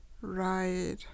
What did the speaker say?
Right